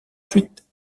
ensuite